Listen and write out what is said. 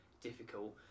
difficult